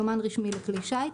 יומן רשמי לכלי שיט,